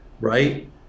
Right